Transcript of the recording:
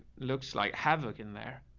looks like havoc in there,